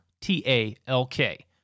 T-A-L-K